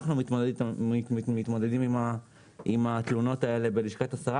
אנחנו מתמודדים עם התלונות האלה בלשכת השרה